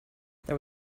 there